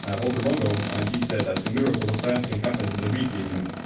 ah valter longo, and he said that the miracle of fasting happens in the re-feeding.